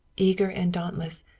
eager and dauntless,